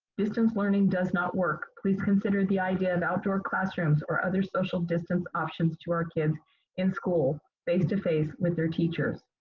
distance learning does not work. please consider the idea of outdoor classrooms or other social distance options to our kids in school face to face with their teacher.